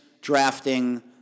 drafting